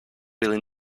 really